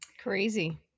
crazy